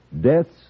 deaths